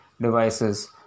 devices